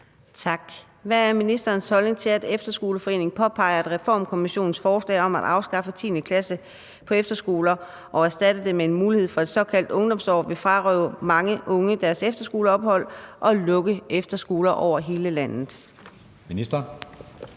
Tak. Hvad er ministerens holdning til, at Efterskoleforeningen påpeger, at Reformkommissionens forslag om at afskaffe 10. klasse på efterskoler og erstatte det med en mulighed for et såkaldt ungdomsår vil frarøve mange unge deres efterskoleophold og lukke efterskoler over hele landet?